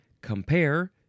Compare